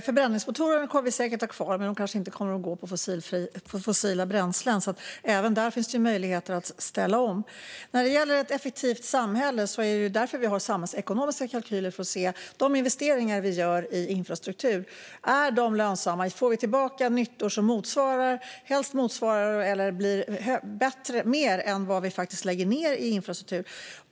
Herr talman! Vi kommer säkert att ha kvar förbränningsmotorer, men de kommer kanske inte att gå på fossila bränslen. Även där finns det möjligheter att ställa om. När det gäller vad som är ett effektivt samhälle är det därför som vi har samhällsekonomiska kalkyler. Det är för att se om de investeringar vi gör i infrastruktur är lönsamma. Får vi tillbaka nyttor som helst motsvarar eller ger mer än vad vi lägger ned i infrastruktur?